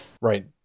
Right